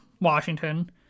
Washington